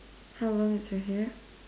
how long is her hair